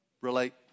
relate